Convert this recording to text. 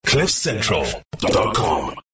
cliffcentral.com